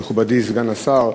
מכובדי סגן השר,